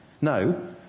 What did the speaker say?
No